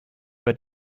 but